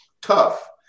tough